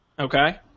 Okay